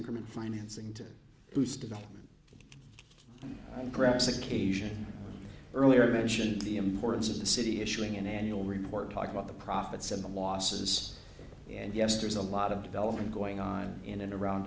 increment financing to boost the grants occasion earlier mention the importance of the city issuing an annual report talk about the profits and the losses and yes there's a lot of development going on in and around